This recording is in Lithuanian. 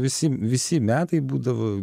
visi visi metai būdavo